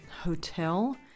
hotel